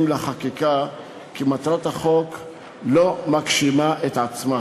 לחקיקה כי מטרת החוק לא מגשימה את עצמה.